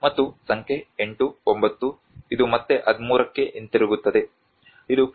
ಮತ್ತು ಸಂಖ್ಯೆ 8 9 ಇದು ಮತ್ತೆ 13 ಕ್ಕೆ ಹಿಂದಿರುಗುತ್ತದೆ ಇದು ಕ್ರಿ